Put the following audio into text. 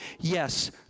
Yes